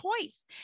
choice